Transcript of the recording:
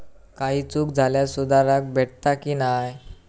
काही चूक झाल्यास सुधारक भेटता की नाय?